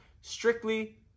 Strictly